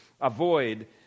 avoid